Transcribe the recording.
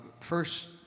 first